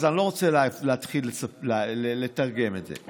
אז אני לא רוצה להתחיל לתרגם את זה.